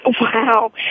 Wow